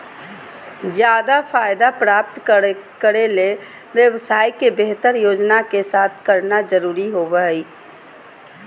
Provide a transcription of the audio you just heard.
ज्यादा फायदा प्राप्त करे ले व्यवसाय के बेहतर योजना के साथ करना जरुरी होबो हइ